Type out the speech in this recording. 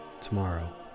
tomorrow